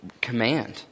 command